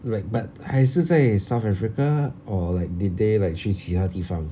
righ~ but 还是在 south africa or like did they like 去其他地方